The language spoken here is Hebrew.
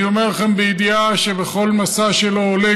אני אומר לכם בידיעה שבכל מסע שלו עולה